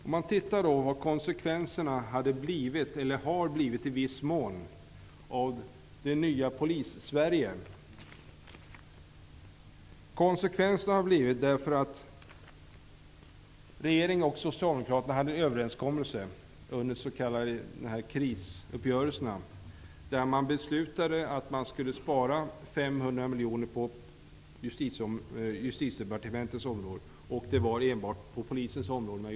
Låt oss titta på vilka konsekvenserna i viss mån blivit av det nya Polissverige. Regeringen och Socialdemokraterna hade en överenskommelse i de s.k. krisuppgörelserna där man beslutade att det skulle sparas 500 miljoner på Justitiedepartementets område. Denna besparing gjordes enbart på polisens område.